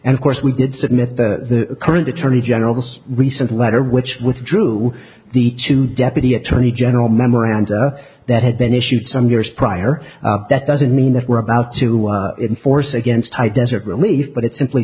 and of course we did submit the current attorney general most recently which withdrew the two deputy attorney general memoranda that had been issued some years prior that doesn't mean that we're about to enforce against high desert relief but it simply